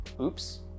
oops